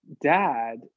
dad